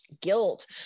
guilt